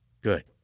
good